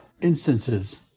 instances